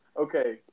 okay